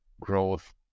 growth